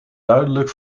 duidelijk